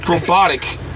robotic